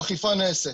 האכיפה נעשית.